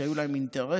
שהיו להם אינטרסים